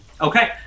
Okay